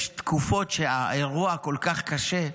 יש תקופות שהאירוע כל כך קשה,